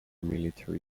military